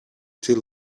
till